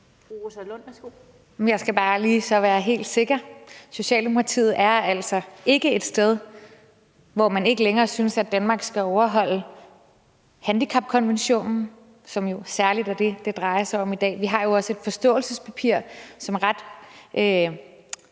Jeg skal bare lige være helt sikker så. Socialdemokratiet er altså ikke et sted, hvor man ikke længere synes at Danmark skal overholde handicapkonventionen, som er det, det særlig drejer sig om i dag. Vi har jo også et forståelsespapir, som ret